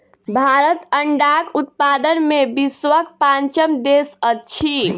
भारत अंडाक उत्पादन मे विश्वक पाँचम देश अछि